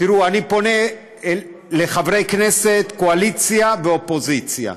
תראו, אני פונה לחברי כנסת, קואליציה ואופוזיציה,